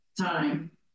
time